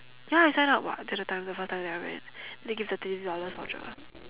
ya I sign up what that time the first time that I went they give the thirty dollars voucher